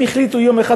הם החליטו יום אחד,